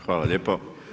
Hvala lijepo.